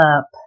up